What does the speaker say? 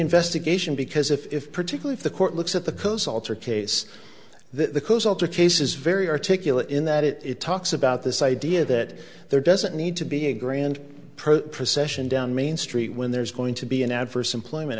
investigation because if particularly the court looks at the close alter case the case is very articulate in that it talks about this idea that there doesn't need to be a grand per procession down main street when there's going to be an adverse employment